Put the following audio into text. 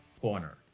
corner